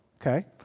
okay